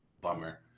Bummer